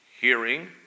hearing